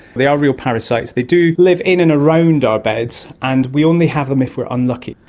they are real parasites. they do live in and around our beds, and we only have them if we are unlucky.